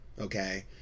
okay